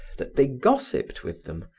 that they gossiped with them,